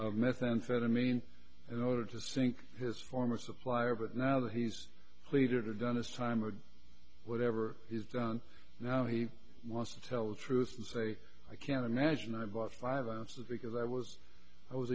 of methamphetamine in order to sink his former supplier but now that he's pleaded or done his time or whatever he's done now he wants to tell the truth to say i can't imagine i bought five ounces because i was i was